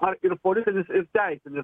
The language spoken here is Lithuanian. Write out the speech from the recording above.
ar ir politinis teisinis